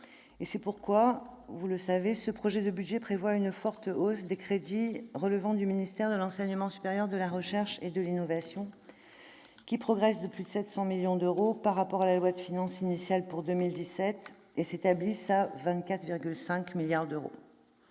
C'est pourquoi ce projet de budget prévoit une forte hausse des crédits relevant du ministère de l'enseignement supérieur, de la recherche et de l'innovation. Ces crédits progressent de plus de 700 millions d'euros par rapport à la loi de finances initiale pour 2017, en s'établissant à 24,5 milliards d'euros.